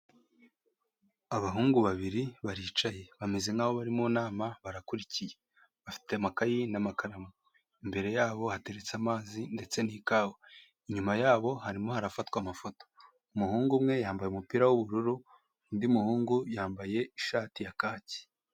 Abahungu babiri baricaye. Bameze nk'aho bari mu nama, barakurikiye. Bafite amakayi n'amakaramu. Imbere yabo hateretse amazi ndetse n'ikawa. Inyuma yabo harimo harafatwa amafoto. Umuhungu umwe yambaye umupira w'ubururu, undi muhungu yambaye ishati ya kaki.